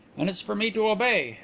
and it's for me to obey,